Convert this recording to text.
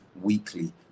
weekly